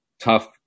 tough